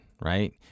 right